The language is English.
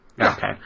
Okay